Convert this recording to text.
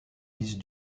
fils